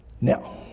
Now